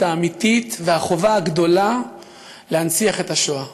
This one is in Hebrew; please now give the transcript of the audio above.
האמיתית והחובה הגדולה להנציח את השואה,